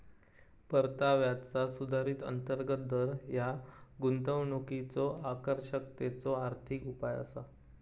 परताव्याचा सुधारित अंतर्गत दर ह्या गुंतवणुकीच्यो आकर्षकतेचो आर्थिक उपाय असा